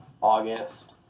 August